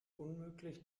unmöglich